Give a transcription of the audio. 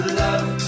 love